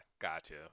gotcha